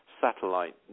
satellite